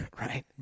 Right